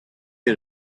had